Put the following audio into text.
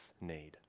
need